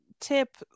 tip